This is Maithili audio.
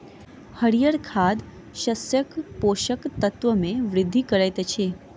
हरीयर खाद शस्यक पोषक तत्व मे वृद्धि करैत अछि